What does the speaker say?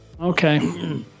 Okay